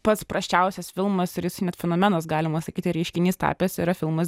pats prasčiausias filmas ir jis net fenomenas galima sakyti reiškinys tapęs yra filmas